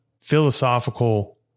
philosophical